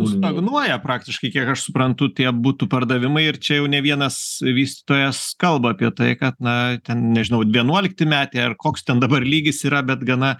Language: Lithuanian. stagnuoja praktiškai kiek aš suprantu tie butų pardavimai ir čia jau ne vienas vystytojas kalba apie tai kad na nežinau vienuolikti metė ar koks ten dabar lygis yra bet gana